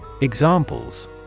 Examples